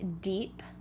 deep